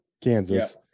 Kansas